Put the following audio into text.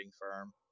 firm